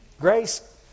Grace